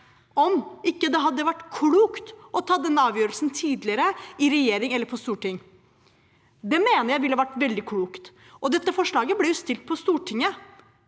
det ikke hadde vært klokt å ta den avgjørelsen tidligere i regjering eller storting. Det mener jeg ville vært veldig klokt. Dette forslaget ble jo fremmet på Stortinget